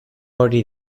hori